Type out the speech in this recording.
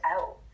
out